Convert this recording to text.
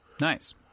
Nice